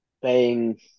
playing